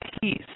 peace